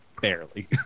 barely